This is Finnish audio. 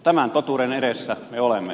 tämän totuuden edessä me olemme